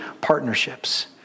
partnerships